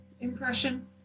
impression